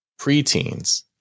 preteens